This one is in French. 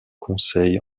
conseil